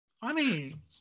Funny